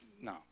No